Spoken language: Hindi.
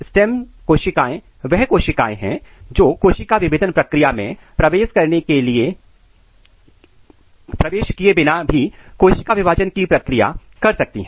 स्टेम कोशिकाएं वह कोशिकाएं हैं जो कोशिका विभेदन प्रक्रिया मैं प्रवेश करने किए बिना भी कोशिका विभाजन की प्रक्रिया कर सकती हैं